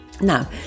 Now